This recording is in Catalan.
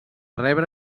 rebre